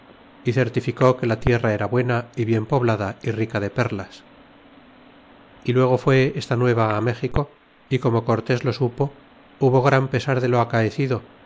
y certificó que la tierra era buena y bien poblada y rica de perlas y luego fue esta nueva méxico y como cortés lo supo hubo gran pesar de lo acaecido